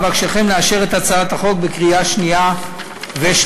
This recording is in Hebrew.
אבקשכם לאשר את הצעת החוק בקריאה שנייה ושלישית.